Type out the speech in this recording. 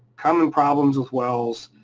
common problems with wells.